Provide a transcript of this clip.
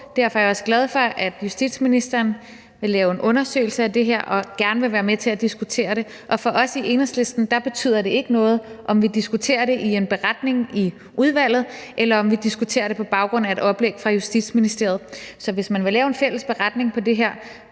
Derfor er jeg også glad for, at justitsministeren vil lave en undersøgelse af det her og gerne vil være med til at diskutere det, og for os i Enhedslisten betyder det ikke noget, om vi diskuterer det i en beretning i udvalget, eller om vi diskuterer det på baggrund af et oplæg fra Justitsministeriet. Så hvis man vil lave en fælles beretning om det her,